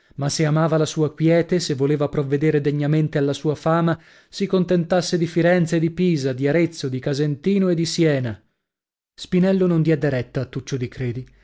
ma se amava la sua quiete se voleva provvedere degnamente alla sua fama si contentasse di firenze e di pisa di arezzo di rasentino e di siena spinello non diede retta a tuccio di credi